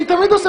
אני תמיד עושה